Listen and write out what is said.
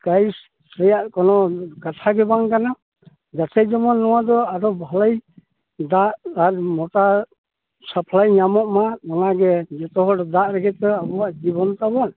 ᱠᱨᱟᱭᱤᱥ ᱨᱮᱭᱟᱜ ᱫᱚ ᱠᱚᱱᱳ ᱠᱟᱛᱷᱟ ᱜᱮ ᱵᱟᱝ ᱠᱟᱱᱟ ᱡᱟᱛᱮ ᱡᱮᱢᱚᱱ ᱱᱚᱣᱟ ᱫᱚ ᱟᱫᱚ ᱵᱷᱟᱹᱞᱤ ᱫᱟᱜ ᱟᱨ ᱢᱚᱴᱟ ᱥᱟᱯᱞᱟᱭ ᱧᱟᱢᱚᱜ ᱢᱟ ᱚᱱᱟ ᱜᱮ ᱡᱚᱛᱚ ᱦᱚᱲ ᱫᱟᱜ ᱨᱮᱜᱮ ᱛᱳ ᱟᱵᱚᱣᱟᱜ ᱡᱤᱵᱚᱱ ᱛᱟᱵᱚᱱ